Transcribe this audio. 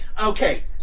Okay